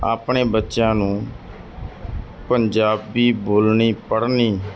ਆਪਣੇ ਬੱਚਿਆਂ ਨੂੰ ਪੰਜਾਬੀ ਬੋਲਣੀ ਪੜ੍ਹਨੀ